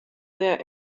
sehr